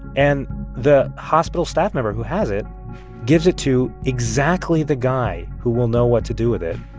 and the hospital staff member who has it gives it to exactly the guy who will know what to do with it.